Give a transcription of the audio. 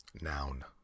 Noun